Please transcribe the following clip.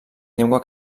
llengua